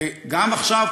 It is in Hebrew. גם עכשיו,